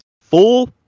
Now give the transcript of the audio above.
Full